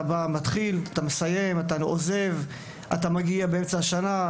אתה מתחיל, מסיים, עוזב, או מגיע באמצע השנה.